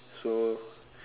so